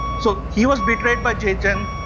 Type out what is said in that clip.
so he was betrayed by jaichand,